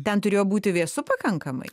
ten turėjo būti vėsu pakankamai